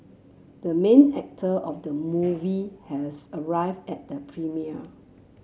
the main actor of the movie has arrived at the premiere